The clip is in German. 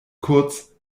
kurz